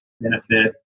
benefit